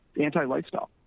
anti-lifestyle